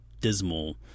dismal